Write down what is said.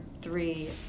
three